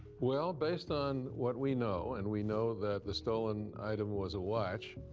well, based on what we know, and we know that the stolen item was a watch.